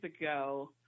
ago